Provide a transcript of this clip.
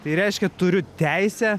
tai reiškia turiu teisę